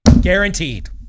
Guaranteed